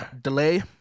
Delay